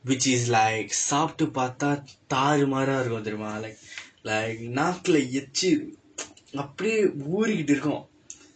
which is like சாப்பிட்டு பார்த்தா தாறு மாறா இருக்கும் தெரியுமா:sappitdu paarththaa thaaru maara irukkum theriyumaa like like நாக்கில எச்சி:nakkila echsi அப்படியே ஊறிட்டு இருக்கும்:appadiyee uuritdu irukkum